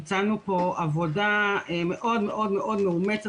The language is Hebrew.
ביצענו פה עבודה מאוד מאוד מאומצת,